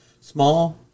Small